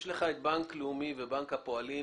יש את בנק לאומי ובנק הפועלים,